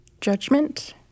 Judgment